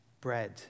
bread